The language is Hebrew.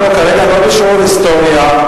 כרגע אנחנו לא בשיעור היסטוריה.